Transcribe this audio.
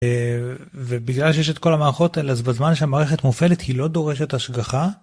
אה...ובגלל שיש את כל המערכות האלה אז בזמן שהמערכת מופעלת היא לא דורשת השגחה.